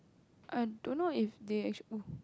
I don't know if they actua~